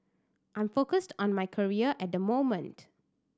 I'm focused on my career at the moment